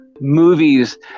movies